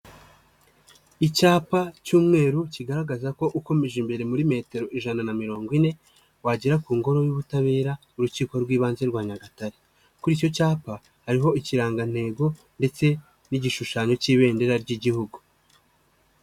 Icyapa cy'umweru kigaragaza ko ukomeje imbere muri metero ijana na mirongo ine, wagera ku ngoro y'ubutabera, urukiko rw'ibanze rwa Nyagatare. Kuri icyo cyapa hariho ikirangantego ndetse n'igishushanyo cy'ibendera ry'i Gihugu.